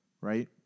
Right